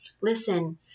listen